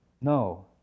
No